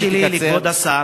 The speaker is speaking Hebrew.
השאלה שלי היא לכבוד השר.